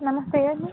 ನಮಸ್ತೆ ಹೇಳಿ